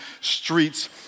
streets